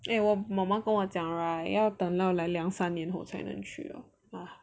诶我妈妈跟我讲 right 要等到 like 两三年后才能去 ah